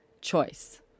choice